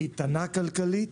איתנה כלכלית,